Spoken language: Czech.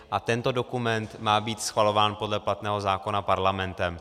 A tento dokument má být schvalován podle platného zákona parlamentem.